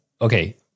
okay